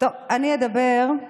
אני אדבר,